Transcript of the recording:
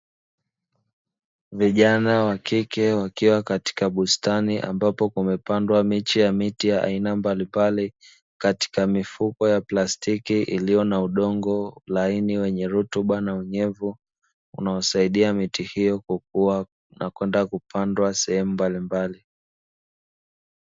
Vijana wa kike wakiwa katika bustani ambapo kumepandwa miche ya miti ya aina mbalimbali, katika mifuko ya plastiki iliyo na udongo laini wenye rutuba na unyevu unaosaidia miti hiyo kukua na kwenda kupandwa sehemu mbalimbali.